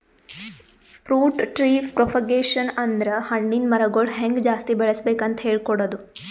fruit tree propagation ಅಂದ್ರ ಹಣ್ಣಿನ್ ಮರಗೊಳ್ ಹೆಂಗ್ ಜಾಸ್ತಿ ಬೆಳಸ್ಬೇಕ್ ಅಂತ್ ಹೇಳ್ಕೊಡದು